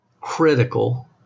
critical